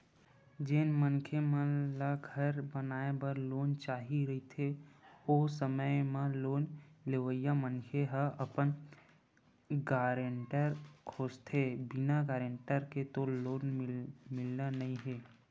जेन मनखे मन ल घर बनाए बर लोन चाही रहिथे ओ समे म लोन लेवइया मनखे ह अपन गारेंटर खोजथें बिना गारेंटर के तो लोन मिलना नइ हे